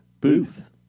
Booth